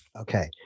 Okay